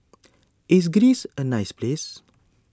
is Greece a nice place